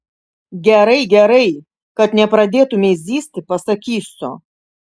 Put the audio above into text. gerai gerai kad nepradėtumei zyzti pasakysiu